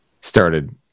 started